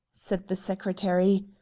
said the secretary.